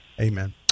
Amen